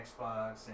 Xbox